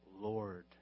Lord